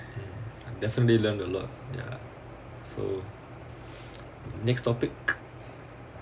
mm I've definitely learnt a lot ya so next topic